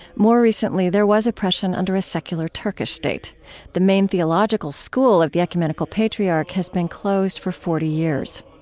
more recently, there was oppression under a secular turkish state the main theological school of the ecumenical patriarch has been closed for forty years.